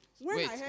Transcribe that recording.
Wait